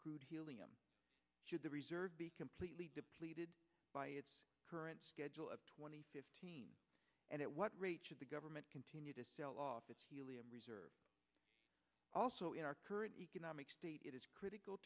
crude helium should the reserve be completely depleted by its current schedule of two thousand and fifteen and at what rate should the government continue to sell off its helium reserves also in our current economic state it is critical